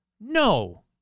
No